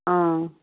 অঁ